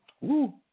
Woo